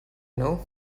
nhw